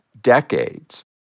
decades